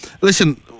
listen